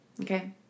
Okay